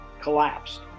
collapsed